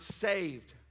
saved